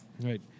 Right